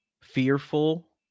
fearful